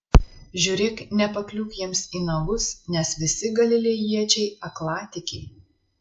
žiūrėk nepakliūk jiems į nagus nes visi galilėjiečiai aklatikiai